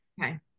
Okay